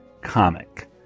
comic